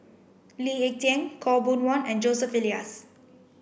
Lee Ek Tieng Khaw Boon Wan and Joseph Elias